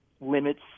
limits